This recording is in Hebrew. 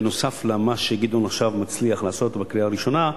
בנוסף למה שגדעון עכשיו מצליח לעשות בקריאה הראשונה.